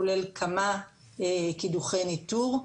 כולל כמה קידומי ניטור.